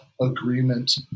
agreement